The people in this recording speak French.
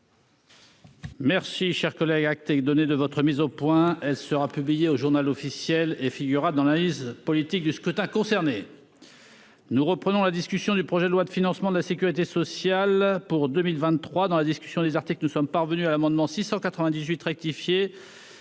Merci, cher collègue acté donner de votre mise au point, elle sera publiée au Journal officiel et figurera dans la vie politique du scrutin concernés nous reprenons la discussion du projet de loi de financement de la Sécurité sociale pour 2023 dans la discussion des articles que nous sommes parvenus à l'amendement 698 rectifié